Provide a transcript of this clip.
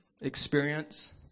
experience